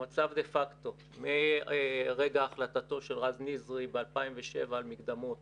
המצב דה פקטו מרגע החלטתו של רז נזרי ב-2017 על מקדמות